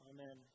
Amen